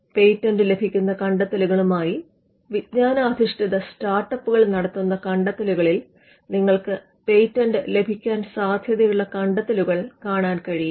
patent ലഭിക്കുന്ന കണ്ടെത്തലുകളുമായി വിജ്ഞാനാധിഷ്ഠിത സ്റ്റാർട്ടപ്പുകൾ നടത്തുന്ന കണ്ടത്തെലുകളിൽ നിങ്ങൾക്ക് പേറ്റന്റ് ലഭിക്കാൻ സാധ്യതയുള്ള കണ്ടെത്തലുകൾ കാണാൻ കഴിയും